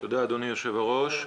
תודה, אדוני יושב הראש.